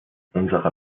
unserer